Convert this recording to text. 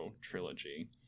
trilogy